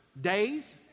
days